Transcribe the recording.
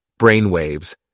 Brainwaves